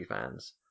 Fans